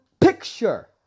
picture